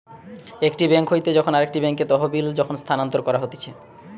একটি বেঙ্ক হইতে যখন আরেকটি বেঙ্কে তহবিল যখন স্থানান্তর করা হতিছে